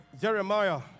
Jeremiah